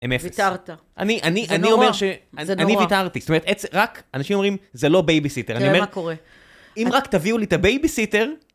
הם אפס. ויתרת. אני, אני, אני אומר ש... זה נורא. אני ויתרתי. זאת אומרת, רק, אנשים אומרים, זה לא בייבי סיטר. אני אומרת... תראה מה קורה. אם רק תביאו לי את הבייבי סיטר...